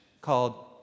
called